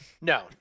No